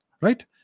right